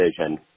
vision